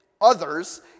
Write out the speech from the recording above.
others